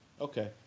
Okay